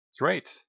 Great